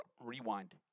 Rewind